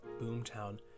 Boomtown